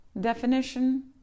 definition